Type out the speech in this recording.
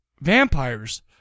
vampires-